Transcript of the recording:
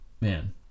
Man